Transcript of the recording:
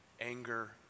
anger